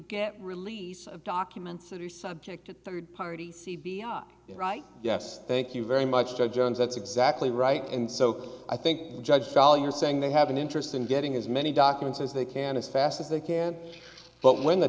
get release of documents that are subject to third party c b i right yes thank you very much judge jones that's exactly right and so i think judge sol you're saying they have an interest in getting as many documents as they can as fast as they can but when the